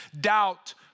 doubt